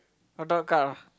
hot dog cart ah